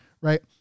right